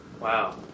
Wow